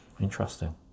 interesting